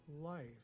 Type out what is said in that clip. life